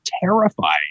terrified